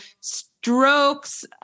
strokes